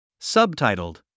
Subtitled